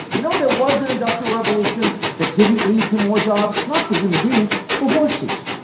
you know there was an industrial revolution that didn't lead to more jobs? not for human beings for horses.